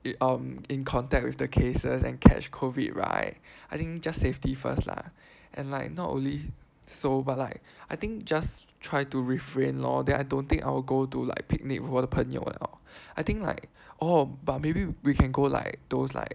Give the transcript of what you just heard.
um in contact with the cases and catch COVID right I think just safety first lah and like not only so but like I think just try to refrain lor then I don't think I will go to like picnic 我的朋友 at all I think like oh but maybe we can go like those like